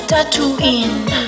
Tatooine